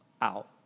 out